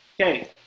Okay